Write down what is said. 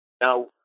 Now